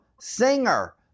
singer